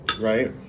right